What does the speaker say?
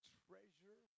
treasure